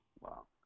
Wow